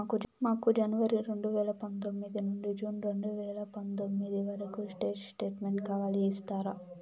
మాకు జనవరి రెండు వేల పందొమ్మిది నుండి జూన్ రెండు వేల పందొమ్మిది వరకు స్టేట్ స్టేట్మెంట్ కావాలి ఇస్తారా